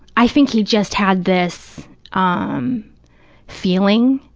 i think he just had this um feeling.